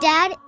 Dad